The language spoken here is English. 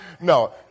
No